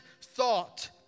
thought